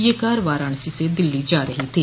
यह कार वाराणसी से दिल्ली जा रही थी